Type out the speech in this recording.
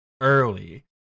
early